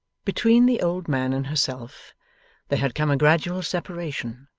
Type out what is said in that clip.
between the old man and herself there had come a gradual separation,